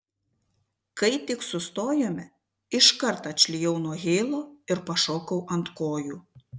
kai tik sustojome iškart atšlijau nuo heilo ir pašokau ant kojų